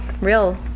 Real